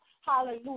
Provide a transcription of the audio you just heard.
hallelujah